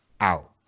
out